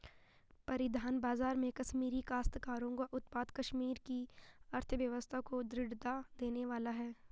परिधान बाजार में कश्मीरी काश्तकारों का उत्पाद कश्मीर की अर्थव्यवस्था को दृढ़ता देने वाला है